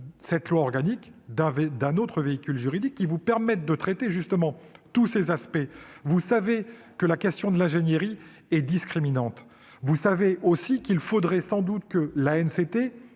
de loi organique d'un autre véhicule juridique qui vous permette de traiter tous ces aspects ? Vous savez que la question de l'ingénierie est discriminante. Vous savez aussi qu'il faudrait sans doute que